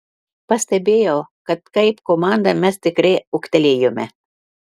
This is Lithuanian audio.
pastebėjau kad kaip komanda mes tikrai ūgtelėjome